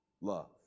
love